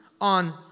On